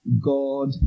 God